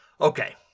Okay